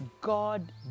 God